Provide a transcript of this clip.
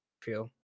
feel